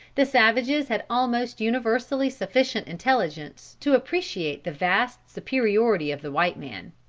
the savages had almost universally sufficient intelligence to appreciate the vast superiority of the white man.